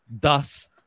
thus